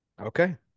okay